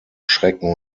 schrecken